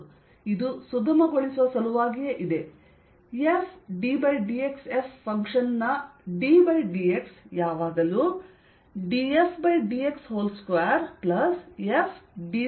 ಇದು ಸುಗಮಗೊಳಿಸುವ ಸಲುವಾಗಿಯೇ ಇದೆ f ddx f ಫಂಕ್ಶನ್ ನ ddx ಯಾವಾಗಲೂ dfdx2fd2xdx2 ಗೆ ಸಮನಾಗಿರುತ್ತದೆ